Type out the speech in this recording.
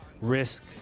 risk